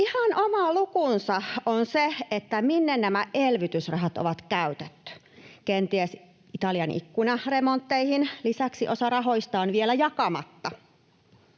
Ihan oma lukunsa on se, minne nämä elvytysrahat on käytetty — kenties Italian ikkunaremontteihin. Lisäksi osa rahoista on vielä jakamatta.